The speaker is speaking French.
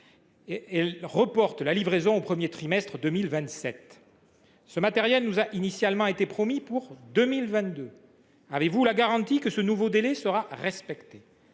qui reporte la livraison au premier trimestre 2027. Ce matériel nous a initialement été promis pour 2022. Avez vous la garantie que ce nouveau délai sera respecté ?